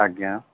ଆଜ୍ଞା